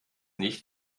nicht